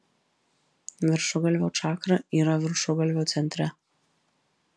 viršugalvio čakra yra viršugalvio centre